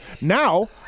Now